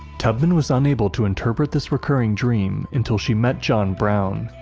tubman was unable to interpret this recurring dream until she met john brown,